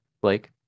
blake